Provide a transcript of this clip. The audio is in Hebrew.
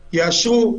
יאשרו,